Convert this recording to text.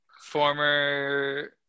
Former